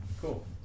cool